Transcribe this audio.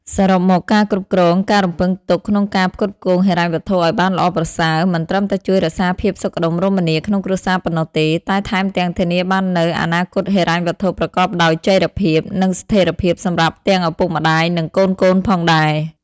សរុបមក ការគ្រប់គ្រងការរំពឹងទុកក្នុងការផ្គត់ផ្គង់ហិរញ្ញវត្ថុឱ្យបានល្អប្រសើរ មិនត្រឹមតែជួយរក្សាភាពសុខដុមរមនាក្នុងគ្រួសារប៉ុណ្ណោះទេ តែថែមទាំងធានាបាននូវអនាគតហិរញ្ញវត្ថុប្រកបដោយចីរភាព និងស្ថិរភាពសម្រាប់ទាំងឪពុកម្ដាយ និងកូនៗផងដែរ។